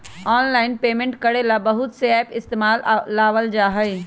online payment करे ला बहुत से एप इस्तेमाल में लावल जा हई